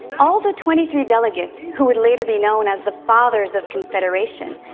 and all the twenty three delegates, who would later be known as the fathers of confederation,